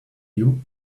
you